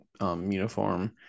uniform